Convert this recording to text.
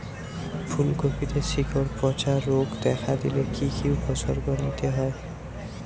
ফুলকপিতে শিকড় পচা রোগ দেখা দিলে কি কি উপসর্গ নিতে হয়?